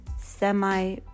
semi